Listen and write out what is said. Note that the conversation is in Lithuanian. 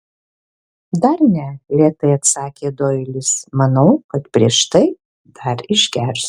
dar ne lėtai atsakė doilis manau kad prieš tai dar išgersiu